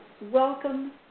welcome